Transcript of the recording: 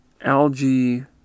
algae